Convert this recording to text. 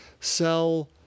sell